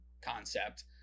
concept